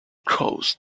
crossed